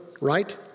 right